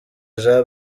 jean